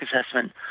assessment